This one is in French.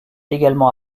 également